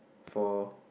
four